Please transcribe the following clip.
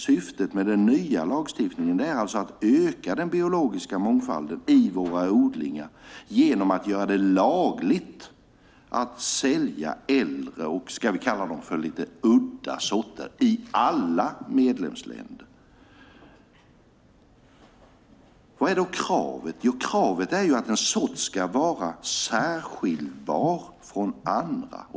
Syftet med den nya lagstiftningen är alltså att öka den biologiska mångfalden i våra odlingar genom att göra det lagligt att sälja äldre och lite udda sorter i alla medlemsländer. Kravet är att en sort ska vara särskiljbar från andra.